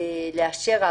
שמאשר.